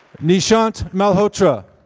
nishant malhotra.